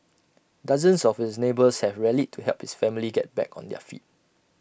dozens of his neighbours have rallied to help his family get back on their feet